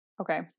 Okay